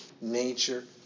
nature